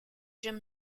jim